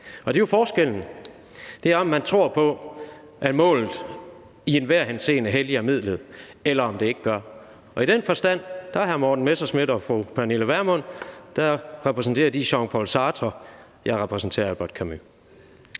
Det er jo forskellen: om man tror på, at målet i enhver henseende helliger midlet, eller om det ikke gør. I den forstand repræsenterer hr. Morten Messerschmidt og fru Pernille Vermund Jean Paul Sartre; jeg repræsenterer Albert Camus.